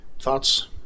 thoughts